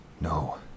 No